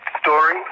story